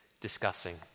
discussing